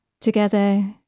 Together